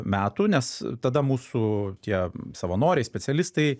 metų nes tada mūsų tie savanoriai specialistai